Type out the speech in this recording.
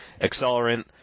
accelerant